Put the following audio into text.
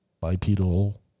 bipedal